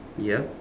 ya